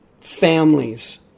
families